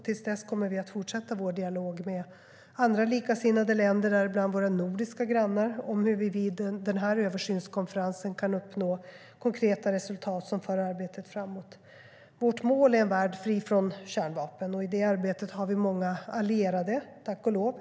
Till dess kommer vi att fortsätta vår dialog med andra likasinnade länder, däribland våra nordiska grannar, om hur vi vid översynskonferensen kan uppnå konkreta resultat som för arbetet framåt. Vårt mål är en värld fri från kärnvapen. I detta arbete har vi många allierade, tack och lov.